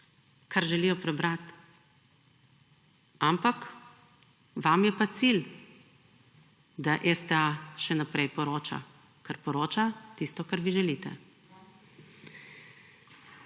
kar želijo prebrati. Ampak vam je pa cilj, da STA še naprej poroča, ker poroča tisto, kar vi želite.